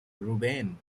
ruben